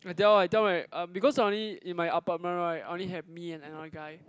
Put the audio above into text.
I'll tell I'll tell my um because I only in my apartment right I only have me and another guy